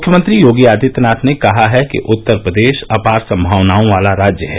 मुख्यमंत्री योगी आदित्यनाथ ने कहा है कि उत्तर प्रदेश अपार संभावनाओं वाला राज्य है